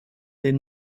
den